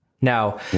Now